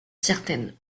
certaine